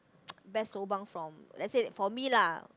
best lobang from let's say for me lah